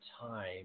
time